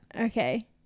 Okay